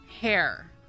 hair